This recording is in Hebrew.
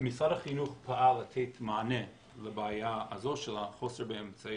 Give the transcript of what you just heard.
משרד החינוך פעל לתת מענה לבעיה הזאת של חוסר באמצעי